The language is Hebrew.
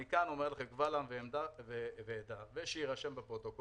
אני אומר לכם כאן קבל עם ועדה ושיירשם בפרוטוקול,